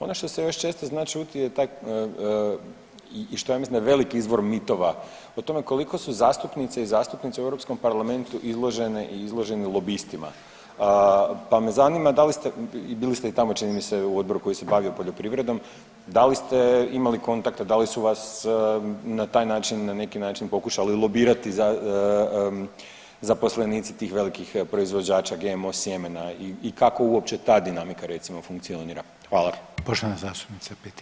Ono što se još često zna čuti je taj i što ja mislim da je veliki izvor mitova o tome koliko su zastupnice i zastupnici u Europskom parlamentu izložene i izloženi lobistima, pa me zanima da li ste i bili ste i tamo čini mi se u odboru koji se bavio poljoprivredom, da li ste imali kontakta, da li su vas na taj način, na neki način pokušali lobirati zaposlenici tih velikih proizvođača GMO sjemena i kako uopće ta dinamika recimo funkcionira?